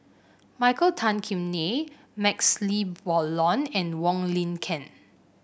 Michael Tan Kim Nei MaxLe Blond and Wong Lin Ken